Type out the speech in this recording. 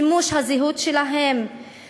מימוש הזהות שלהם,